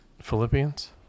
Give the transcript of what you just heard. Philippians